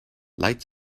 lights